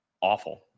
awful